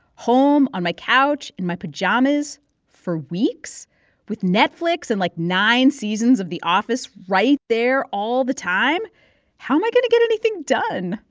home on my couch in my pajamas for weeks with netflix and, like, nine seasons of the office right there all the time how am i going to get anything done?